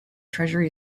treasury